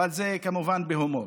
זה, כמובן, בהומור.